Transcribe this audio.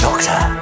Doctor